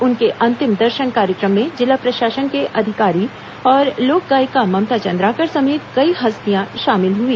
उनके अंतिम दर्शन कार्यक्रम में जिला प्रशासन के अधिकारी और लोक गायिका ममता चंद्राकर समेत कई हस्तियां शामिल हई